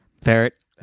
Ferret